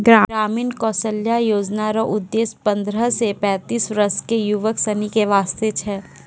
ग्रामीण कौशल्या योजना रो उद्देश्य पन्द्रह से पैंतीस वर्ष के युवक सनी के वास्ते छै